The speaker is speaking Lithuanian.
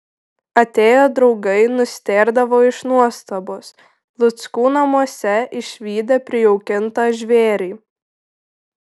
atėję draugai nustėrdavo iš nuostabos luckų namuose išvydę prijaukintą žvėrį